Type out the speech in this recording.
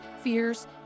FEARS